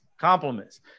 compliments